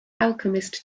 alchemist